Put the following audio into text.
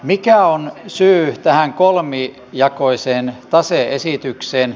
mikä on syy tähän kolmijakoiseen tase esitykseen